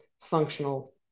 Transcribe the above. functional